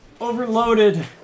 overloaded